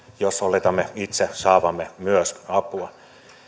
jos oletamme itse saavamme myös apua